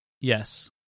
Yes